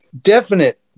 definite